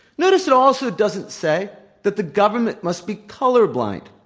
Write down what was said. notice it also doesn't say that the government must be colorblind.